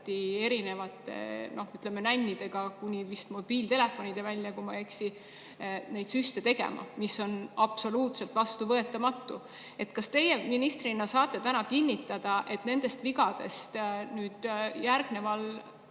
erinevate, ütleme, nännidega, kuni vist mobiiltelefonideni välja, kui ma ei eksi, neid süste tegema. See on absoluutselt vastuvõetamatu. Kas teie ministrina saate täna kinnitada, et nendest vigadest nüüd järgnevate